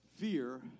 fear